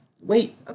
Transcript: Wait